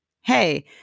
hey